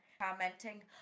commenting